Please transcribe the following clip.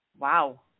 Wow